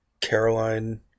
Caroline